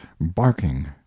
barking